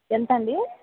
ఎంత అండి